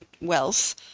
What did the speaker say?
wealth